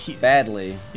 Badly